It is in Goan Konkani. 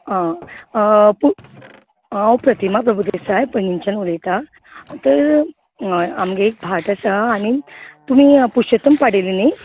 पू हांव प्रतिमा प्रभुदेसाय पेडणेच्यान उलयतां तर हय आमगे एक भाट आसा आनी तुमी पुश्शोत्तम पाडेली न्ही